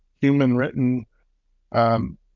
human-written